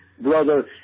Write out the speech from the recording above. Brother